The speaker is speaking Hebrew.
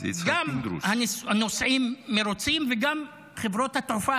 גם הנוסעים מרוצים וגם חברות התעופה